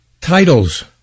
titles